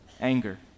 Anger